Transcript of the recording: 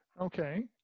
Okay